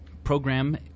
program